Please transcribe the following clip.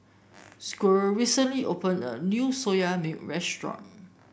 Squire recently opened a new Soya Milk restaurant